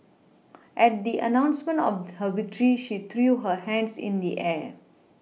at the announcement of her victory she threw her hands in the air